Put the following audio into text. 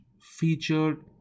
featured